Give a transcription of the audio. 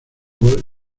gol